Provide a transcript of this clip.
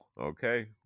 Okay